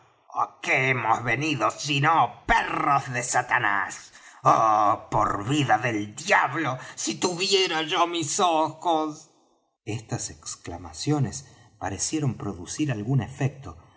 qué hemos venido si nó perros de satanás oh por vida del diablo si tuviera yo mis ojos estas exclamaciones parecieron producir algún efecto